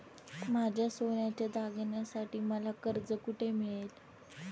माझ्या सोन्याच्या दागिन्यांसाठी मला कर्ज कुठे मिळेल?